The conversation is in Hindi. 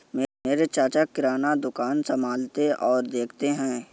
मेरे चाचा किराना दुकान संभालते और देखते हैं